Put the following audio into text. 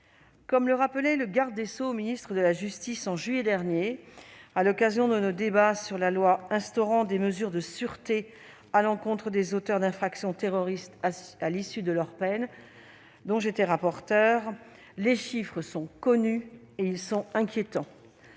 comme le rappelait le garde des sceaux, ministre de la justice, au mois de juillet dernier, à l'occasion de nos débats sur la proposition de loi instaurant des mesures de sûreté à l'encontre des auteurs d'infractions terroristes à l'issue de leur peine, dont j'étais rapporteure, les chiffres sont connus et ils sont inquiétants